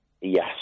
Yes